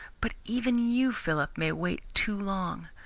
but even you, philip, may wait too long.